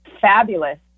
fabulous